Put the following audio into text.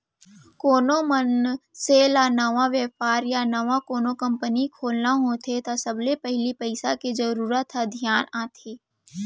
कोनो मनसे ल नवा बेपार या नवा कोनो कंपनी खोलना होथे त सबले पहिली पइसा के जरूरत ह धियान आथे